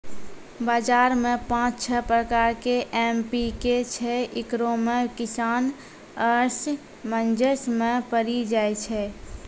बाजार मे पाँच छह प्रकार के एम.पी.के छैय, इकरो मे किसान असमंजस मे पड़ी जाय छैय?